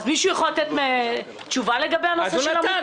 אז מישהו יכול לתת תשובה לגבי הנושא הזה?